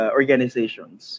organizations